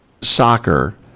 soccer